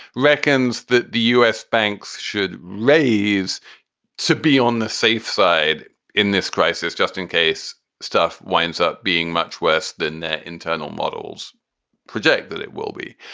reckons that the us banks should raise to be on the safe side in this crisis. just in case stuff winds up being much worse than their internal models predict that it will be.